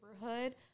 neighborhood